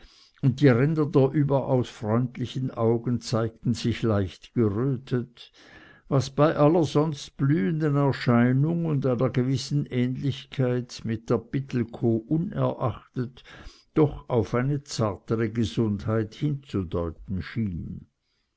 und die ränder der überaus freundlichen augen zeigten sich leicht gerötet was aller sonst blühenden erscheinung und einer gewissen ähnlichkeit mit der pittelkow unerachtet doch auf eine zartere gesundheit hinzudeuten schien